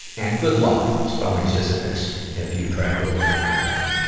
and good luck spelling sisyphus, if you try to go there on your own.